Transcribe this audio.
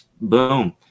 boom